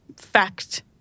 fact